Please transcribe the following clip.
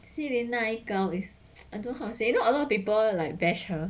see the nai girl is until how to say you know a lot of people like bash her